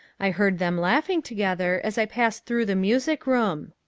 i heard them laughing together as i passed through the music-room.